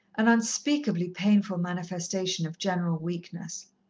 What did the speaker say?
an unspeakably painful manifestation of general weakness.